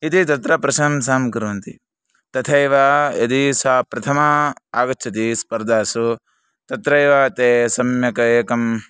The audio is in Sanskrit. इति तत्र प्रशंसां कुर्वन्ति तथैव यदि सः प्रथमः आगच्छति स्पर्धासु तत्रैव ते सम्यक् एकम्